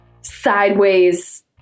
sideways